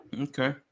Okay